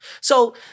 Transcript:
So-